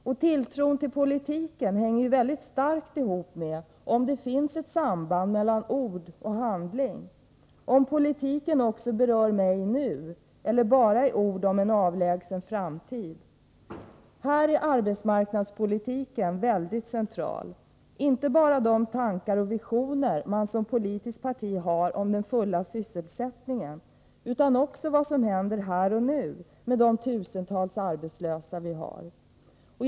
Och tilltron till politiken hänger mycket starkt ihop med om det finns ett samband mellan ord och handling — om politiken också berör mig nu eller bara är ord om en avlägsen framtid. Här är arbetsmarknadspolitiken mycket central — inte bara de tankar och visioner som ett politiskt parti har om den fulla sysselsättningen utan också vad som händer här och nu med de tusentals arbetslösa som vi har.